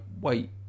wait